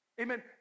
Amen